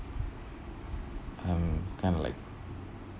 I'm kind of like